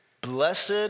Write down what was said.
Blessed